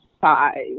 five